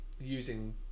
using